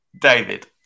David